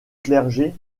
clergé